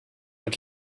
mit